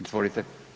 Izvolite.